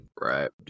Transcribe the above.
right